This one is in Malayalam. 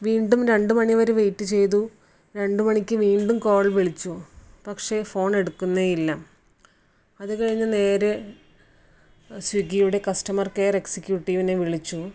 വീണ്ടും രണ്ട് മണിവരെ വെയിറ്റ് ചെയ്തു രണ്ട് മണിക്ക് വീണ്ടും കോൾ വിളിച്ചു പക്ഷെ ഫോൺ എടുക്കുന്നേ ഇല്ല അത് കഴിഞ്ഞ് നേരെ സ്വിഗ്ഗിയുടെ കസ്റ്റമർ കെയർ എക്സിക്യൂട്ടീവിനെ വിളിച്ചു